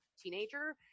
teenager